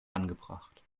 angebracht